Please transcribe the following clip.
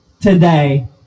today